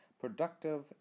productive